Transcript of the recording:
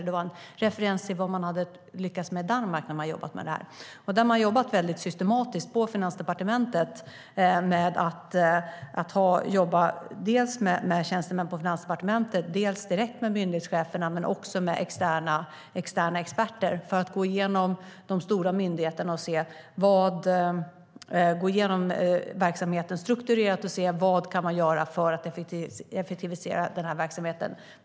Det var alltså en referens till vad man i Danmark hade lyckats med när man jobbade med dessa frågor.I Danmark har man jobbat väldigt systematiskt på finansdepartementet. Man har jobbat dels med tjänstemän på finansdepartementet, dels direkt med myndighetscheferna. Men man har också jobbat med externa experter och gått igenom de stora myndigheterna, gått igenom verksamheterna strukturerat för att se vad man kan göra för att effektivisera dessa.